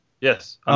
Yes